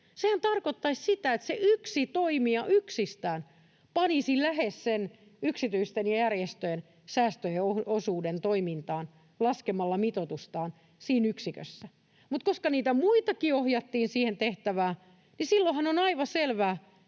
Sehän tarkoittaisi sitä, että se yksi toimija yksistään panisi lähes sen yksityisten järjestöjen säästöjen osuuden toimintaan laskemalla mitoitustaan siinä yksikössä. Mutta koska niitä muitakin ohjattiin siihen tehtävään, niin silloinhan on aivan selvää,